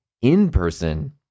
in-person